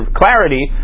clarity